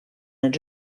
and